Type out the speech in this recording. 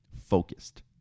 focused